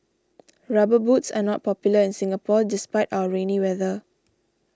rubber boots are not popular in Singapore despite our rainy weather